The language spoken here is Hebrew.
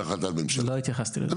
והחלטת ממשלה.